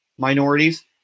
Minorities